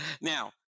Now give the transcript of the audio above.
Now